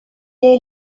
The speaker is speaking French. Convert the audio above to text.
est